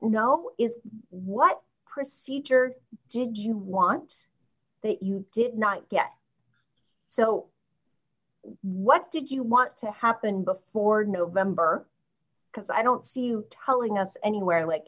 know is what procedure did you want that you did not get so what did you want to happen before november because i don't see you telling us anywhere like